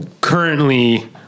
currently